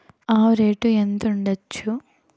ఆవు రేటు ఎంత ఉండచ్చు?